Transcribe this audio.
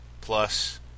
plus